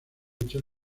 hechos